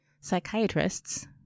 Psychiatrists